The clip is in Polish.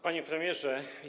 Panie Premierze!